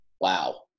wow